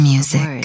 Music